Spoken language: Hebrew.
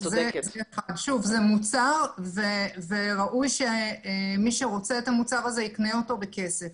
זה מוצר וראוי שמי שרוצה את המוצר הזה יקנה אותו בכסף.